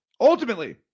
Ultimately